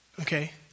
Okay